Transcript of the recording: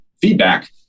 feedback